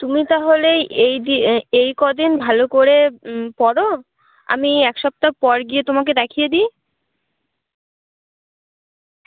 তুমি তাহলে এই দিয়ে এই ক দিন ভালো করে পড়ো আমি এক সপ্তাহ পর গিয়ে তোমাকে দেখিয়ে দিই